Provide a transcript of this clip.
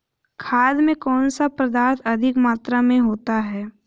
खाद में कौन सा पदार्थ अधिक मात्रा में होता है?